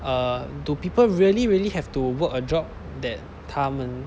uh do people really really have to work a job that 他们